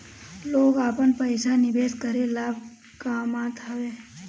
लोग आपन पईसा निवेश करके लाभ कामत हवे